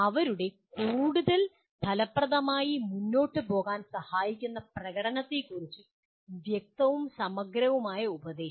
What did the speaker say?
അവരുടെ കൂടുതൽ ഫലപ്രദമായി മുന്നോട്ട് പോകാൻ സഹായിക്കുന്ന പ്രകടനത്തെക്കുറിച്ച് വ്യക്തവും സമഗ്രവുമായ ഉപദേശം